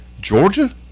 Georgia